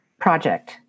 project